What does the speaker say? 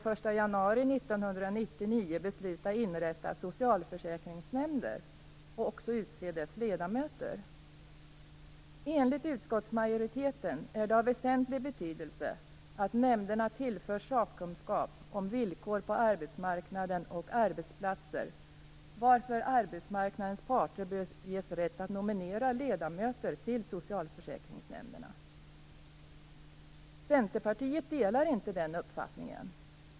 1999 besluta att inrätta socialförsäkringsnämnder och utse dess ledamöter. Enligt utskottsmajoriteten är det av väsentlig betydelse att nämnderna tillförs sakkunskap om villkor på arbetsmarknaden och arbetsplatser varför arbetsmarknadens parter bör ges rätt att nominera ledamöter till socialförsäkringsnämnderna. Centerpartiet delar inte den uppfattningen.